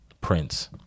Prince